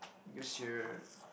because you're